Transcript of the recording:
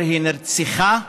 היא נרצחה.